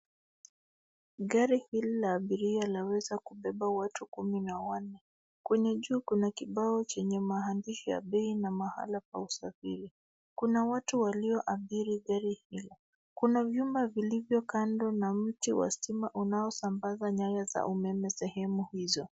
Gari hili la abiria laweza kubeba watu kumi na wanne. Kwenye juu kuna kibao chenye maandishi ya bei na mahali pa usafiri. Kuna watu walioabiri gari hilo. Kuna chumba vilivyo kando na mti wa stima unaosambaza nyaya za umeme sehemu hizo.